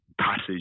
passage